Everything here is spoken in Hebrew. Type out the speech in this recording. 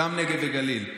גם נגב וגליל,